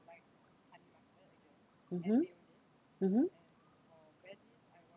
mmhmm mmhmm